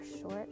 short